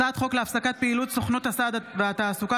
הצעת חוק להפסקת פעילות סוכנות הסעד והתעסוקה